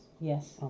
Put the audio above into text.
Yes